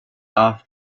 off